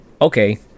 okay